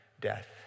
death